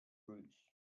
bruise